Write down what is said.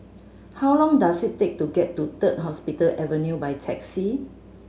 how long does it take to get to Third Hospital Avenue by taxi